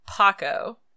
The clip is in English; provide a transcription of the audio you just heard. paco